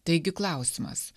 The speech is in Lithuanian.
taigi klausimas